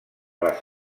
les